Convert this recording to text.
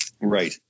Right